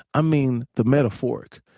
i mean the metaphoric,